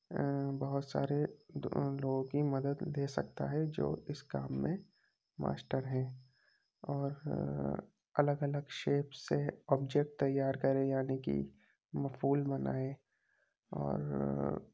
بہت سارے لوگوں کی مدد لے سکتا ہے جو اس کام میں ماسٹر ہیں اور الگ الگ شیپس سے آبجکٹ تیار کرے یعنی کہ پھول بنائے اور